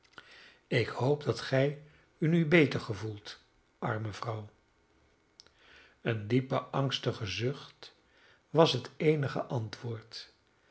ik hoop dat gij u nu beter gevoelt arme vrouw een diepe angstige zucht was het eenige antwoord